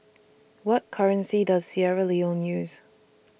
What currency Does Sierra Leone use